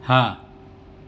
હા